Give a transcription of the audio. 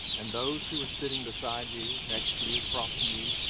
and those who are sitting besides you, next to you, across from you,